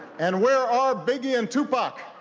and where are biggie and tupac?